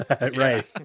Right